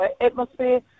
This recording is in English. atmosphere